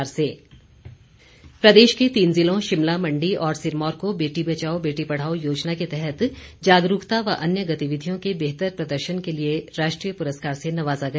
पुरस्कार प्रदेश के तीन जिलों शिमला मंडी और सिरमौर को बेटी बचाओ बेटी पढ़ाओ योजना के तहत जागरूकता व अन्य गतिविधियों के बेहतर प्रदर्शन के लिए राष्ट्रीय पुरस्कार से नवाजा गया